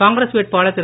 காங்கிரஸ் வேட்பாளர் திரு